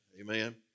Amen